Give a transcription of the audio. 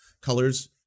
colors